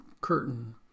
curtain